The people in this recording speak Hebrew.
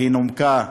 והיא נומקה,